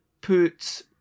put